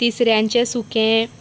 तिसऱ्यांचे सुकें